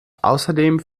außerdem